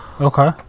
okay